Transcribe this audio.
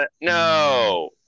No